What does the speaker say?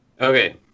Okay